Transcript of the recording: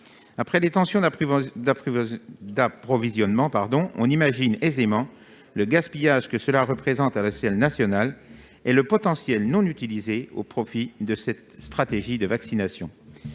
Après des tensions d'approvisionnement, on imagine aisément le gaspillage que cela représente à l'échelle nationale et le potentiel inutilisé qui pourrait profiter à cette stratégie de vaccination.